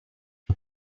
why